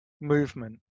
movement